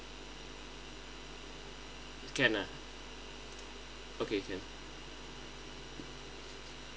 can ah okay can